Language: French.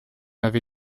avez